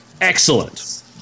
excellent